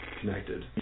connected